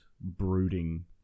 brooding